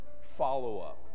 follow-up